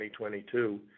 2022